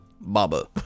Baba